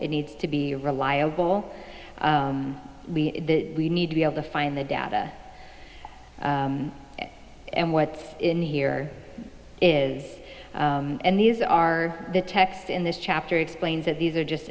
it needs to be reliable we need to be able to find the data and what's in here is and these are the text in this chapter explains that these are just